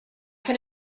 can